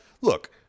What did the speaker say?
Look